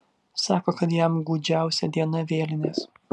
sako kad jam gūdžiausia diena vėlinės